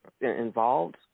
involved